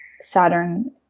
Saturn